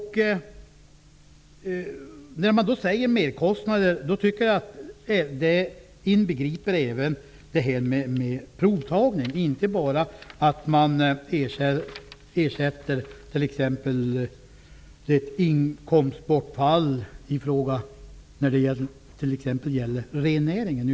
När man då talar om merkostnader tycker jag att det inbegriper även provtagning, inte bara ersättning för inkomstbortfall inom t.ex. rennäringen.